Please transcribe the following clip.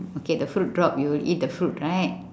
okay the fruit drop you will eat the fruit right